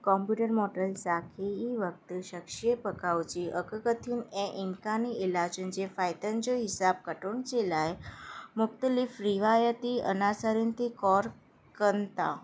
computer model सागे॒ ई वक़्ति शख़्सी बक़ाउ जी अॻिकथियुनि ऐं इम्कानी इलाजनि जे फ़ाइदनि जो हिसाबु कढण जे लाइ मुख़्तलिफ़ु रिवायती अनासरनि ते ग़ौरु कनि था